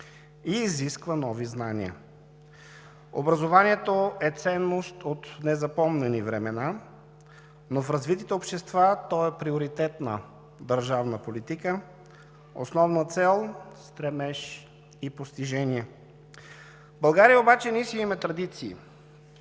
и изисква нови знания. Образованието е ценност от незапомнени времена, но в развитите общества то е приоритетна държавна политика, основна цел, стремеж и постижение. В България обаче ние си имаме традиции,